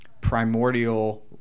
primordial